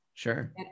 Sure